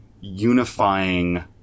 unifying